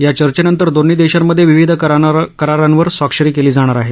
या चर्चेनंतर दोन्ही देशांमध्ये विविध करारांवर स्वाक्षरी केली जाणार आहे